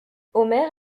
omer